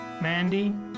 Mandy